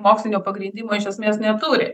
mokslinio pagrindimo iš esmės neturi